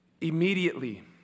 Immediately